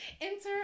enter